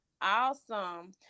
Awesome